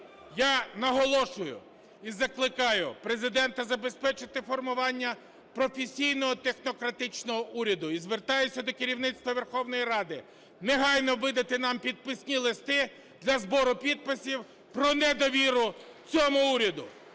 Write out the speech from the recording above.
Я наголошую і закликаю Президента забезпечити формування професійного технократичного уряду. І звертаюся до керівництва Верховної Ради негайно видати нам підписні листи для збору підписів про недовіру цьому уряду.